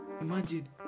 Imagine